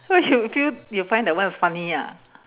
why you feel you find that one is funny ah